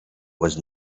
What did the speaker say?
was